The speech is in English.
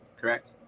correct